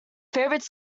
favorite